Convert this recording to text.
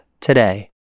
today